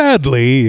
Sadly